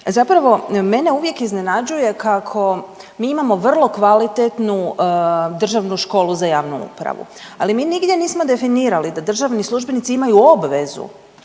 zapravo mene uvijek iznenađuje kako mi imamo vrlo kvalitetnu Državnu školu za javnu upravu, ali mi nigdje nismo definirali da državni službenici imaju obvezu,